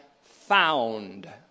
found